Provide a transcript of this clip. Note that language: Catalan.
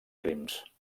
crims